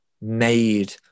made